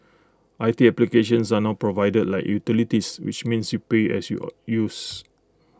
I T applications are now provided like utilities which means you pay as your use